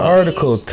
article